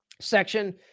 section